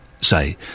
say